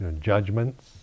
judgments